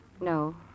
No